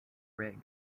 rig